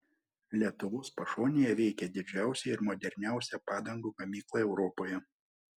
lietuvos pašonėje veikia didžiausia ir moderniausia padangų gamykla europoje